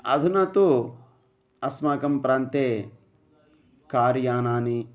अधुना तु अस्माकं प्रान्ते कार् यानानि